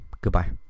goodbye